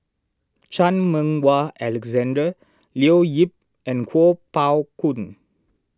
Chan Meng Wah Alexander Leo Yip and Kuo Pao Kun